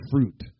fruit